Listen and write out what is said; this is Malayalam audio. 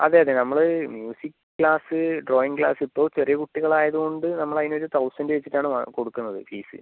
അതെയതെ നമ്മൾ മ്യൂസിക് ക്ലാസ്സ് ഡ്രോയിംഗ് ക്ലാസ്സ് ഇപ്പോൾ ചെറിയ കുട്ടികൾ ആയത് കൊണ്ട് നമ്മൾ അതിന് ഒരു തൗസൻഡ് വെച്ചിട്ട് ആണ് വാ കൊടുക്കുന്നത് ഫീസ്